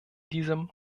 diesem